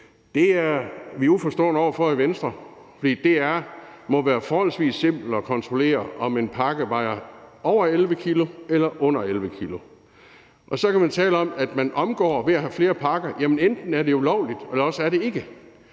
Det er vi uforstående over for i Venstre, for det må være forholdsvis simpelt at kontrollere, om en pakke vejer over 11 kg eller under 11 kg. Så kan man tale om, at man omgår reglerne ved at have flere pakker. Jamen enten er det ulovligt, eller også er det ikke